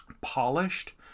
polished